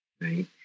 Right